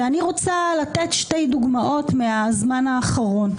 אני רוצה להביא שתי דוגמאות מהזמן האחרון,